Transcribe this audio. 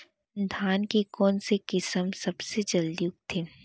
धान के कोन से किसम सबसे जलदी उगथे?